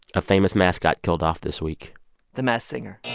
a famous mascot killed off this week the masked singer